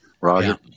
roger